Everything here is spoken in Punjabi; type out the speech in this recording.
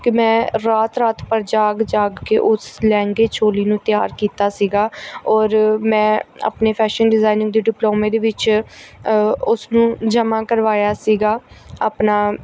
ਕਿ ਮੈਂ ਰਾਤ ਰਾਤ ਭਰ ਜਾਗ ਜਾਗ ਕੇ ਉਸ ਲਹਿੰਗੇ ਚੋਲੀ ਨੂੰ ਤਿਆਰ ਕੀਤਾ ਸੀਗਾ ਔਰ ਮੈਂ ਆਪਣੇ ਫੈਸ਼ਨ ਡਿਜ਼ਾਇਨਿੰਗ ਦੇ ਡਿਪਲੋਮੇ ਦੇ ਵਿੱਚ ਉਸਨੂੰ ਜਮ੍ਹਾਂ ਕਰਵਾਇਆ ਸੀਗਾ ਆਪਣਾ